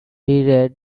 read